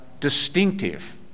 Distinctive